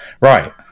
Right